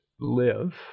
live